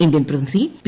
Indian പ്രതിനിധി P